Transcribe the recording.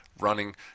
running